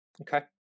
Okay